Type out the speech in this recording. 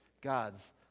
God's